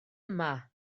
yma